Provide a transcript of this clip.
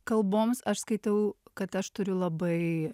kalboms aš skaitau kad aš turiu labai